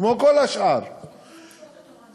כמו כל השאר, קיצור שעות התורנות.